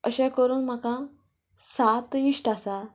अशें करून म्हाका सात इश्ट आसात